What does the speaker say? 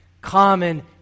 Common